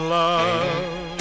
love